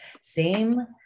Same-